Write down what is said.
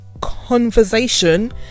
conversation